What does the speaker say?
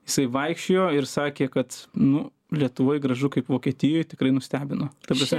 jisai vaikščiojo ir sakė kad nu lietuvoj gražu kaip vokietijoj tikrai nustebino ta prasme